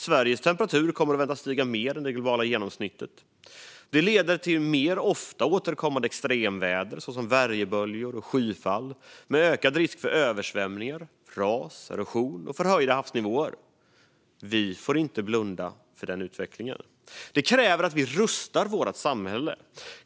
Sveriges temperatur väntas stiga mer än det globala genomsnittet, vilket leder till oftare återkommande extremväder såsom värmeböljor och skyfall, med ökad risk för översvämningar, ras, erosion och förhöjda havsnivåer. Vi får inte blunda för den utvecklingen. Detta kräver att vi rustar vårt samhälle.